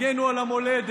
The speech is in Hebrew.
הגנו על המולדת,